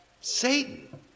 Satan